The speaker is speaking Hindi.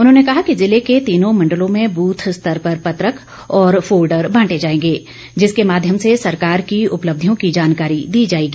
उन्होंने कहा कि ज़िले के तीनों मंडलों में बूथ स्तर पर पत्रक और फोल्डर बांटे जाएंगे जिसके माध्यम से सरकार की उपलब्धियों की जानकारी दी जाएगी